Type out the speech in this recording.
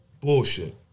bullshit